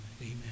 amen